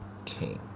okay